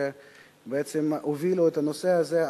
שבעצם הובילו את הנושא הזה.